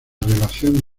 relación